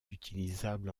utilisable